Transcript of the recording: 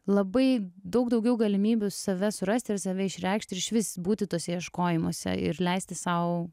labai daug daugiau galimybių save surasti ir save išreikšti išvis būti tuose ieškojimuose ir leisti sau